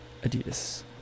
Adidas